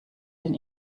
den